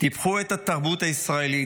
טיפחו את התרבות הישראלית,